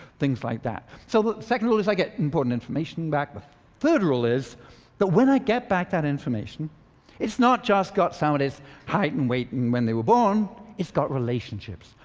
things like that. so the second rule is i get important information back. but third rule is that when i get back that information it's not just got somebody's height and weight and when they were born, it's got relationships.